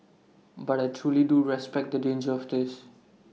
but I truly do respect the danger of this